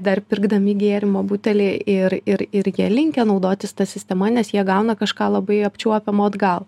dar pirkdami gėrimo butelį ir ir ir jie linkę naudotis ta sistema nes jie gauna kažką labai apčiuopiamo atgal